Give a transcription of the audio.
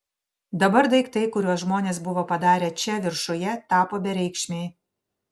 dabar daiktai kuriuos žmonės buvo padarę čia viršuje tapo bereikšmiai